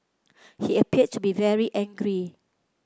he appeared to be very angry